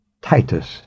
Titus